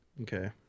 Okay